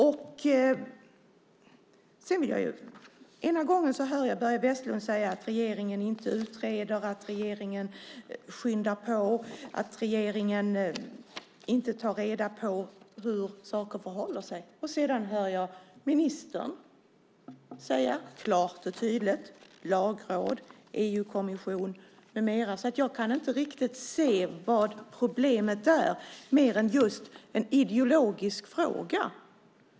Först hör jag Börje Vestlund säga att regeringen inte utreder, att regeringen skyndar på, att regeringen inte tar reda på hur saker förhåller sig. Sedan hör jag ministern klart och tydligt nämna Lagrådet, EU-kommissionen med mera. Därför kan jag inte riktigt se vad problemet är, mer än just en ideologisk fråga.